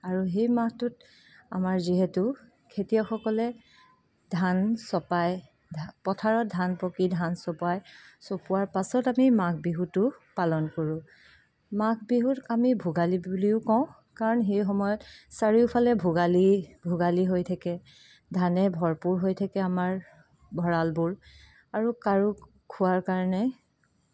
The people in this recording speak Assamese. আৰু সেই মাহটোত আমাৰ যিহেতু খেতিয়কসকলে ধান চপায় পথাৰত ধান পকি ধান চপাই চপোৱাৰ পাছত আমি মাঘ বিহুটো পালন কৰোঁ মাঘ বিহুক আমি ভোগালী বুলিও কওঁ কাৰণ সেই সময়ত চাৰিওফালে ভোগালী ভোগালী হৈ থাকে ধানে ভৰপূৰ হৈ থাকে আমাৰ ভঁৰালবোৰ আৰু কাৰো খোৱাৰ কাৰণে